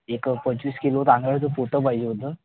एक पंचवीस किलो तांदळाचं पोतं पाहिजे होतं